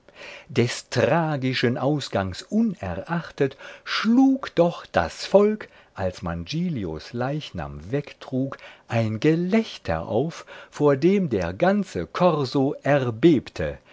des tragischen ausgangs unerachtet schlug doch das volk als man giglios leichnam wegtrug ein gelächter auf vor dem der ganze korso erbebte